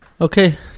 Okay